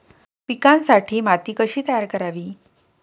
पिकांसाठी माती कशी तयार करावी?